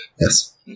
Yes